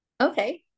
Okay